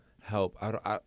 help